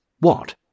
What